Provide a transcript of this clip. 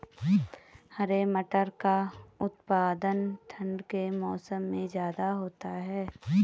हरे मटर का उत्पादन ठंड के मौसम में ज्यादा होता है